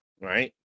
right